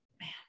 man